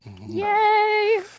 Yay